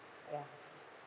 oh ya